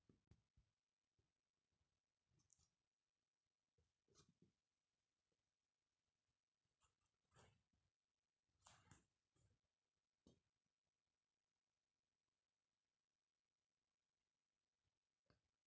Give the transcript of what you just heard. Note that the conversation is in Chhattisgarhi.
फसल कटाई के बाद ओला कतका मात्रा मे, कतका दिन अऊ कतका बेरोजगार तक घाम दिखाए बर लागही?